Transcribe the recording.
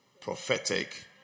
prophetic